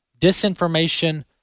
disinformation